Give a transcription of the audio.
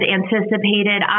anticipated